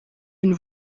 une